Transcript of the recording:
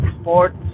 sports